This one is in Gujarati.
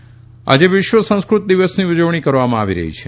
સંસ્ક઼ત દિવસ આજે વિશ્વ સંસ્કૃત દિવસની ઉજવણી કરવામાં આવી રહી છે